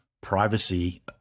privacy